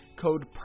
Code